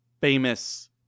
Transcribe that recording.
famous